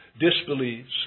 Disbelieves